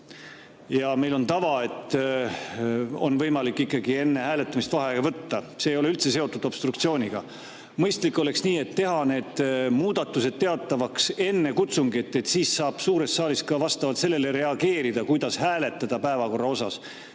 Ja meil on tava, et on võimalik ikkagi enne hääletamist vaheaega võtta. See ei ole üldse seotud obstruktsiooniga. Mõistlik oleks teha need muudatused teatavaks enne kutsungit, siis saab suures saalis ka vastavalt sellele reageerida, kuidas hääletada, kui päevakorras